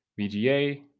VGA